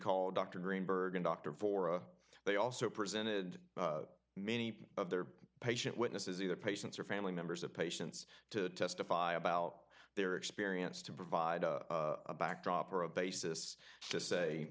call dr greenberg and doctor for a they also presented many of their patient witnesses either patients or family members of patients to testify about their experience to provide a backdrop or a basis to say